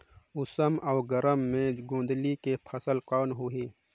उमस अउ गरम मे गोंदली के फसल कौन होही?